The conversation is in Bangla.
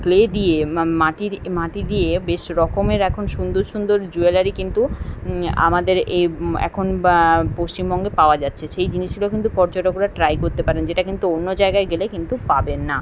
ক্লে দিয়ে মা মাটির মাটি দিয়ে বেশ রকমের এখন সুন্দর সুন্দর জুয়েলারি কিন্তু আমাদের এই এখন বা পশ্চিমবঙ্গে পাওয়া যাচ্ছে সেই জিনিসগুলো কিন্তু পর্যটকরা ট্রাই করতে পারেন যেটা কিন্তু অন্য জায়গায় গেলে কিন্তু পাবে না